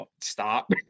stop